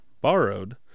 borrowed